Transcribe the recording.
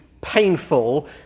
painful